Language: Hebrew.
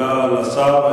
תודה לשר.